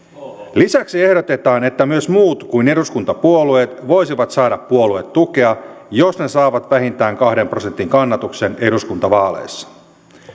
lisäksi ehdotetaan että myös muut kuin eduskuntapuolueet voisivat saada puoluetukea jos ne saavat vähintään kahden prosentin kannatuksen eduskuntavaaleissa